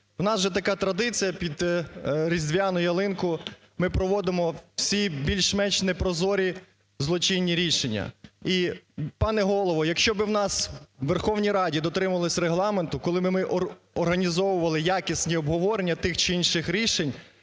В нас же така традиція; "під Різдвяну ялинку" ми проводимо всі більш-менш непрозорі злочинні рішення. І пане Голово, якщо би в нас, у Верховній Раді, дотримувалися Регламенту, коли би ми організовували якісні обговорення тих чи інших рішень,